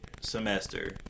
semester